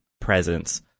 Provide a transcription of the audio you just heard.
presence